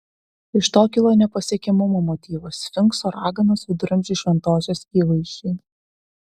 iš to kilo nepasiekiamumo motyvas sfinkso raganos viduramžių šventosios įvaizdžiai